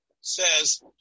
says